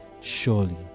Surely